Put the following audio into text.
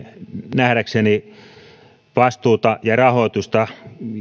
nähdäkseni vastuuta ja rahoitusta